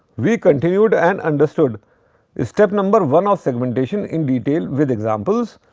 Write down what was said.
we continued and understood step number one of segmentation in detail with examples.